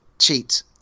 Cheat